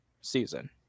season